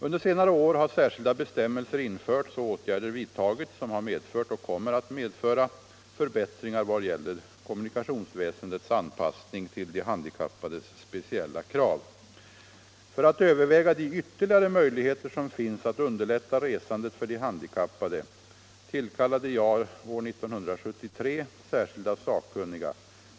Under senare år har särskilda bestämmelser införts och åtgärder vidtagits som har medfört och kommer att medföra förbättringar i vad gäller kommunikationsväsendets anpassning till de handikappades speciella krav. För att överväga de ytterligare möjligheter som finns att underlätta resandet för de handikappade tillkallade jag år 1973 särskilda sakkunniga.